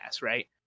right